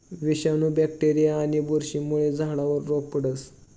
विषाणू, बॅक्टेरीया आणि बुरशीमुळे झाडावर रोग पडस